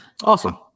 awesome